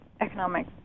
economic